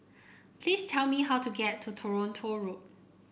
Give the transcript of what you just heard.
please tell me how to get to Toronto Road